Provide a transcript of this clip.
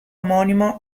omonimo